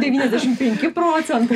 devyniasdešim penki procentai